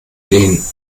gehen